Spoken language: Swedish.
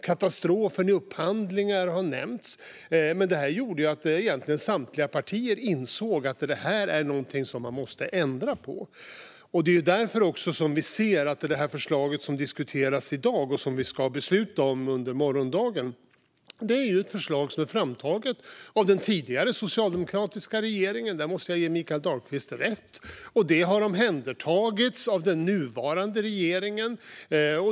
Katastrofen i upphandlingar har nämnts. Det här gjorde att egentligen samtliga partier insåg att man måste ändra på detta. Det är därför som vi ser det förslag som diskuteras i dag och som vi ska besluta om under morgondagen. Det är ett förslag som är framtaget av den tidigare socialdemokratiska regeringen - där måste jag ge Mikael Dahlqvist rätt. Och det har omhändertagits av den nuvarande regeringen.